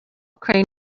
crane